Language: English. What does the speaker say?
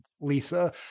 lisa